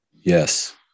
Yes